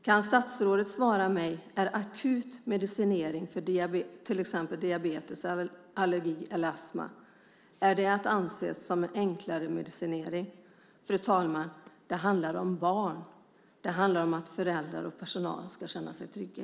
Kan statsrådet svara mig om akut medicinering för till exempelvis diabetes, allergi eller astma är att anses som enklare medicinering. Fru talman! Det handlar om barn. Det handlar om att föräldrar och personal ska känna sig trygga.